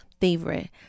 favorite